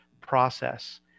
process